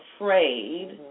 afraid